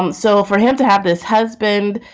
um so for him to have this husband,